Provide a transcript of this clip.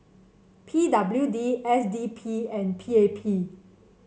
P W D S D P and P A P